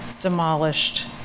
demolished